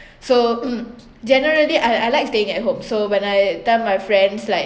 so generally I I like staying at home so when I tell my friends like